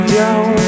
down